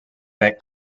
that